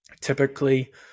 Typically